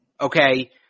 okay